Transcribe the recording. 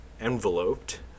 enveloped